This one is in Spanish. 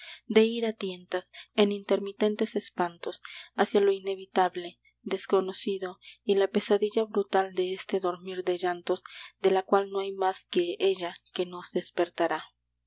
de ir a tientas en intermitentes espantos hacia lo inevitable desconocido y la pesadilla brutal de este dormir de llantos de la cual no hay más que ella que nos despertará